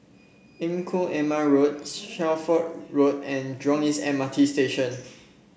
Engku Aman Road Shelford Road and Jurong East M R T Station